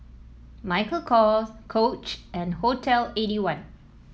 Michael Kors Coach and Hotel Eighty one